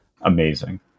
Amazing